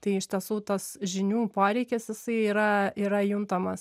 tai iš tiesų tas žinių poreikis jisai yra yra juntamas